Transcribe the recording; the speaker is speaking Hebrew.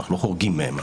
אנחנו לא חורגים מהן,